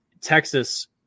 Texas